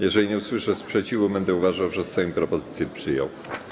Jeżeli nie usłyszę sprzeciwu, będę uważał, że Sejm propozycję przyjął.